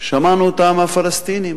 שמענו אותה מהפלסטינים